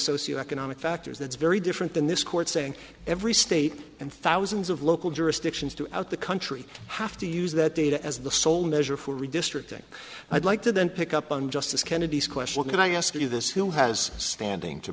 socioeconomic factors that's very different than this court saying every state and thousands of local jurisdictions to out the country have to use that data as the sole measure for redistricting i'd like to then pick up on justice kennedy's question can i ask you this who has standing to